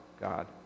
God